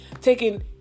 taking